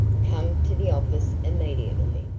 come to the office immediately.